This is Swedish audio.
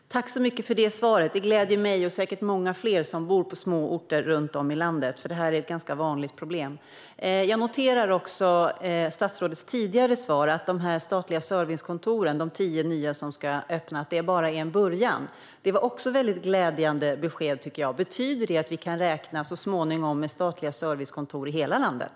Fru talman! Jag tackar så mycket för det svaret. Det gläder mig och säkert många fler som bor på små orter runt om i landet, för det här är ett ganska vanligt problem. Jag noterar också statsrådets tidigare svar, att de tio nya statliga servicekontor som ska öppnas bara är en början. Även det var ett väldigt glädjande besked. Betyder det att vi så småningom kan räkna med statliga servicekontor i hela landet?